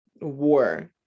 war